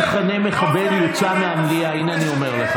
ו"מחבלים" אני מעיר.